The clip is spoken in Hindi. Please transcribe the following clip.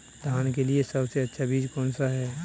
धान के लिए सबसे अच्छा बीज कौन सा है?